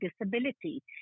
disability